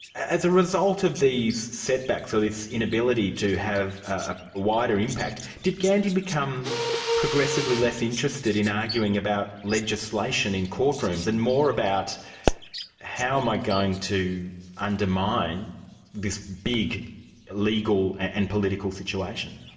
as a result of these setbacks, or this inability to have a wider impact, did gandhi become progressively less interested in arguing about legislation in courtrooms, and more about how am i going to undermine this big legal and political situation?